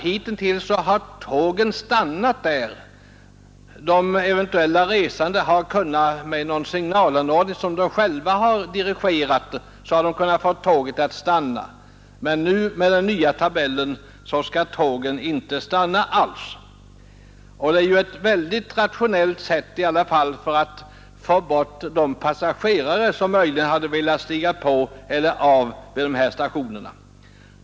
Hittills har tågen stannat vid de åtta stationerna på signaler som de resande själva kunnat dirigera, men enligt den nya tabellen skall de inte stanna alls där. Detta är ett mycket rationellt sätt att få bort de passagerare som möjligen velat stiga på eller av tågen vid ifrågavarande stationer.